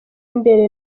imbere